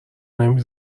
نمی